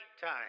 time